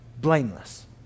blameless